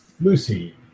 Lucy